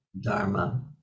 Dharma